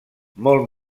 molt